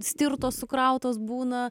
stirtos sukrautos būna